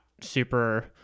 super